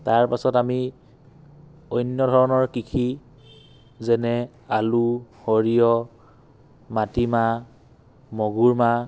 তাৰ পাছত আমি অন্য ধৰণৰ কৃষি যেনে আলু সৰিয়হ মাটিমাহ মগুৰ মাহ